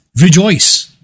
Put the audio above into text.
rejoice